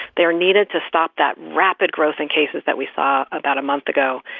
they are needed to stop that rapid growth in cases that we saw about a month ago,